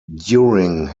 during